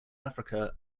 africa